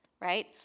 right